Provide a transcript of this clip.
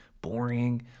boring